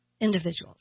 individuals